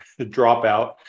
dropout